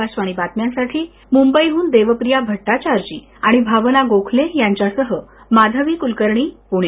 आकाशवाणी बातम्यांसाठी मुंबईहून देवप्रिया भट्टाचारजी आणि भावना गोखले यांच्यासह माधवी कुलकर्णी पुणे